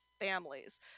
families